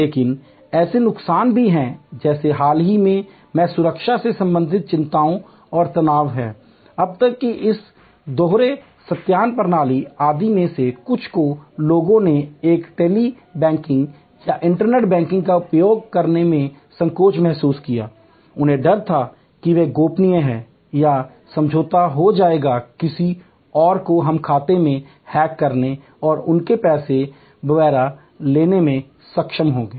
लेकिन ऐसे नुकसान भी हैं जैसे हाल ही में सुरक्षा से संबंधित चिंताएं और तनाव हैं जब तक कि इस दोहरे सत्यापन प्रणाली आदि में से कुछ को लोगों ने एक टेली बैंकिंग या इंटरनेट बैंकिंग का उपयोग करने में संकोच महसूस किया उन्हें डर था कि वे गोपनीय हैं या समझौता हो जाएगा किसी और को हम खाते में हैक करने और उनके पैसे वगैरह लेने में सक्षम होंगे